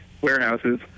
warehouses